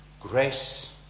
grace